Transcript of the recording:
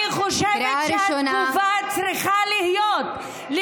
אני חושבת שהתגובה צריכה להיות, קריאה ראשונה.